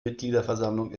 mitgliederversammlung